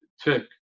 Tick